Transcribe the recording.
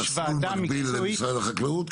יש ועדה מקצועית.